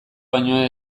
baino